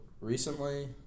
recently